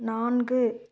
நான்கு